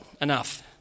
enough